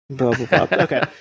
okay